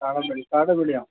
ಕನ್ನಡ ಮಿಡಿ ಕನ್ನಡ ಮೀಡಿಯಂ